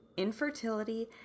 infertility